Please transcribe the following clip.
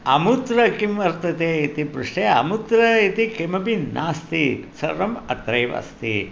अमुत्र किं वर्तते इति पृष्टे अमुत्र इति किमपि नास्ति सर्वम् अत्रैव अस्ति